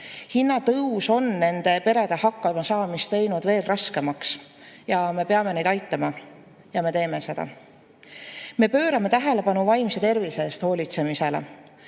Hinnatõus on nende perede hakkamasaamist teinud veel raskemaks. Me peame neid aitama ja me teeme seda. Me pöörame tähelepanu vaimse tervise eest hoolitsemisele.